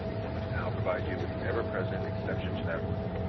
we must now provide you with the ever-present exception to that rule,